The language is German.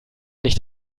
nicht